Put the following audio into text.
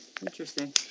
Interesting